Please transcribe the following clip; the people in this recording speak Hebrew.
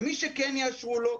ומי שכן יאשרו לו,